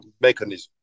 mechanism